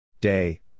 Day